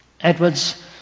Edwards